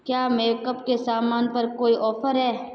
क्या मेकअप के सामान पर कोई ऑफर है